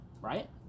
Right